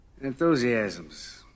Enthusiasms